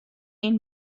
این